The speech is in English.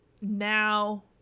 now